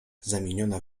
zamieniona